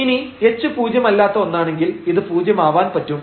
ഇനി h പൂജ്യമല്ലാത്ത ഒന്നാണെങ്കിൽ ഇത് പൂജ്യമാവാൻ പറ്റും